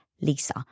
Lisa